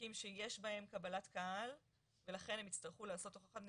עסקים שיש בהם קבלת קהל ולכן הם יצטרכו לעשות הוכחת נגישות,